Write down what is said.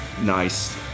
nice